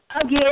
Again